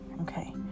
okay